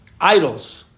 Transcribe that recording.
Idols